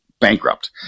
bankrupt